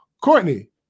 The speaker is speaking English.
Courtney